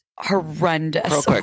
horrendous